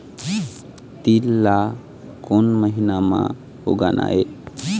तील ला कोन महीना म उगाना ये?